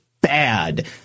bad